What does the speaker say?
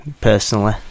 personally